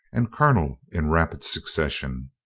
and colonel in rapid succession.